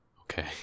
Okay